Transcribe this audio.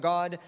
God